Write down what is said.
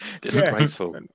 Disgraceful